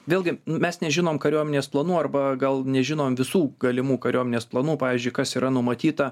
vėlgi mes nežinom kariuomenės planų arba gal nežinom visų galimų kariuomenės planų pavyzdžiui kas yra numatyta